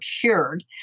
cured